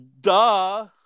duh